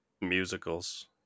musicals